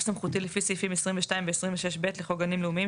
סמכותי לפי סעיפים 22 ו- 26(ב) לחוק גנים לאומיים,